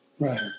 Right